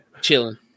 chilling